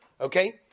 Okay